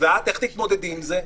ואיך תתמודדי עם זה?